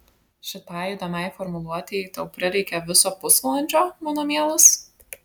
šitai įdomiai formuluotei tau prireikė viso pusvalandžio mano mielas